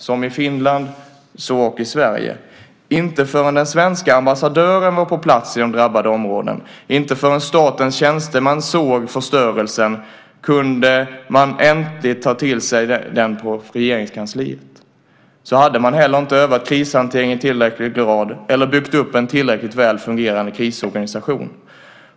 Som i Finland, så ock i Sverige. Inte förrän den svenske ambassadören var på plats i de drabbade områdena, inte förrän statens tjänstemän såg förstörelsen, kunde man äntligen ta till sig detta på Regeringskansliet. Så hade man heller inte övat krishantering i tillräcklig grad eller byggt upp en tillräckligt väl fungerande krisorganisation.